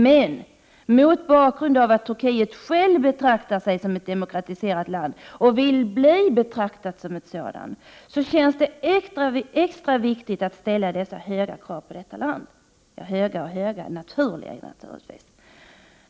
Men mot bakgrund av att Turkiet självt betraktar sig som ett demokratiserat land, och vill bli betraktat som ett sådant, känns det extra viktigt att ställa dessa höga — naturliga — krav på detta land.